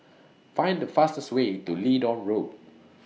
Find The fastest Way to Leedon Road